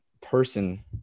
person